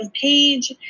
page